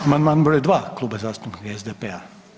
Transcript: Amandman br. 2 Kluba zastupnika SDP-a.